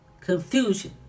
confusion